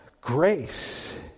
grace